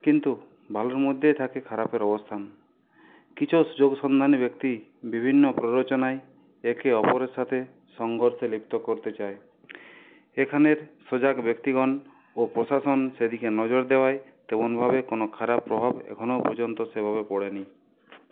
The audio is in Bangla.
কিন্তু ভালোর মধ্যেই থাকে খারাপের অবস্থান কিছু সুযোগ সন্ধানী ব্যক্তি বিভিন্ন প্ররোচনায় একে অপরের সাথে সংঘর্ষে লিপ্ত করতে চায় এখানের সজাগ ব্যক্তিগণ ও প্রশাসন সেদিকে নজর দেওয়ায় তেমনভাবে কোনো খারাপ প্রভাব এখনও পর্যন্ত সেভাবে পড়েনি